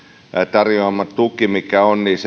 tarjoama tuki mikä on